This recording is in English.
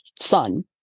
son